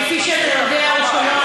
כפי שאתה יודע או לא,